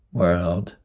world